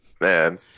man